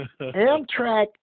Amtrak